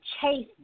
chase